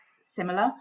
similar